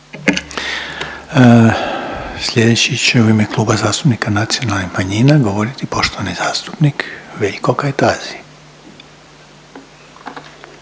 Sljedeći će u ime Kluba zastupnika nacionalnih manjina govoriti poštovani zastupnik Veljko Kajtazi.